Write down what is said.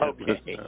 Okay